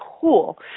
cool